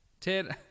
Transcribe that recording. Ted